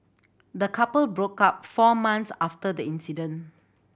the couple broke up four month after the incident